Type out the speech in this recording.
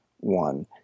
one